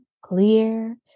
clear